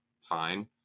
fine